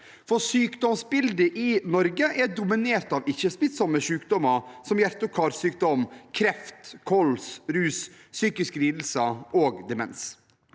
Sykdomsbildet i Norge er dominert av ikke-smittsomme sykdommer som hjerte- og karsykdom, kreft, kols, rus, psykiske lidelser og demens.